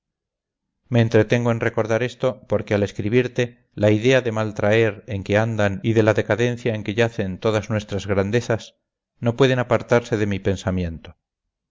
me entretengo en recordar esto porque al escribirte la idea de mal traer en que andan y de la decadencia en que yacen todas nuestras grandezas no pueden apartarse de mi pensamiento